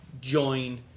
join